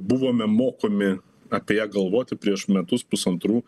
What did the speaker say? buvome mokomi apie ją galvoti prieš metus pusantrų